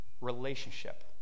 relationship